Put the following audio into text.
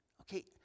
okay